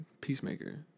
Peacemaker